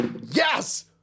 Yes